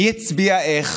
מי הצביע איך?